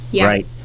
right